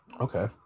Okay